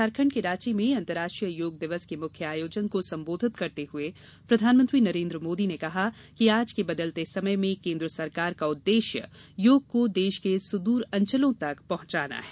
झारखंड के रांची में अंतरराष्ट्रीय योग दिवस के मुख्य आयोजन को सम्बोधित करते हुए प्रधानमंत्री ने कहा कि आज के बदलते समय में केन्द्र सरकार का उद्वेश्य योग को देश के सुदूर अंचलों तक पहुंचाना है